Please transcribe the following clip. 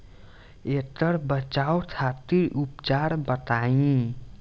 ऐकर बचाव खातिर उपचार बताई?